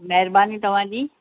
महिरबानी तव्हांजी